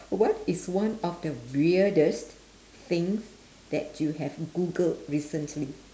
what is one of the weirdest thing that you have googled recently